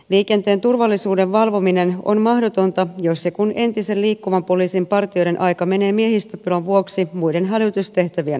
liikenteen turvallisuuden valvominen on mahdotonta jos ja kun entisen liikkuvan poliisin partioiden aika menee miehistöpulan vuoksi muiden hälytystehtävien hoitoon